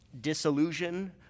Disillusion